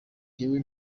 jyewe